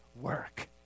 work